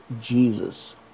Jesus